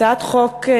הצעת החוק,